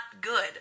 good